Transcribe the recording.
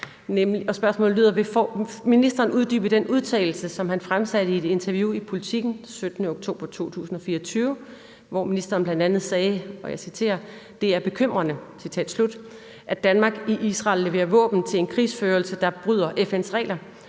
spørgsmålet lyder: Vil ministeren uddybe den udtalelse, som han fremsatte i et interview i Politiken den 17. oktober 2024, hvor han bl.a. sagde, at »det er bekymrende«, at Danmark i Israel leverer våben til en krigsførelse, der bryder FN’s regler,